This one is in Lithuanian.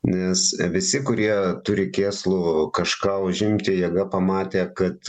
nes visi kurie turi kėslų kažką užimti jėga pamatė kad